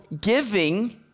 giving